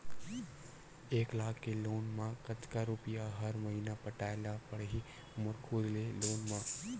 एक लाख के लोन मा कतका रुपिया हर महीना पटाय ला पढ़ही मोर खुद ले लोन मा?